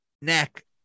neck